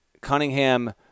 Cunningham